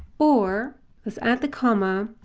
or let's add the comma,